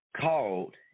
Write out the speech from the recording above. called